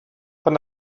von